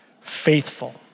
faithful